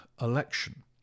election